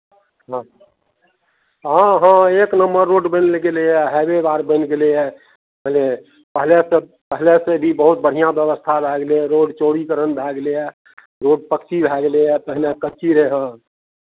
हँ हँ हँ एक नम्बर रोड बनि गेलैए हाइवे आर बनि गेलैए पहिले पहिलेसँ पहिलेसँ भी बहुत बढ़िआँ व्यवस्था भए गेलै रोड चौड़ीकरण भए गेलैए रोड पक्की भए गेलैए पहिने कच्ची रहै हँ